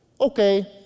Okay